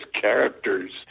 characters